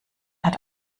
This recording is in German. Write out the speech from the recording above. hat